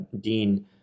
Dean